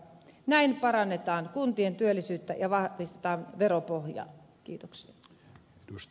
näin parannetaan kuntien työllisyyttä ja vahvistetaan veropohjaa